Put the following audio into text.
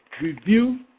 review